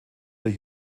der